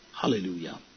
Hallelujah